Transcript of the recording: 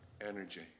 energy